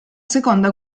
seconda